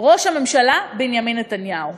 ראש הממשלה בנימין נתניהו.